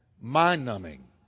mind-numbing